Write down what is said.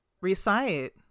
Recite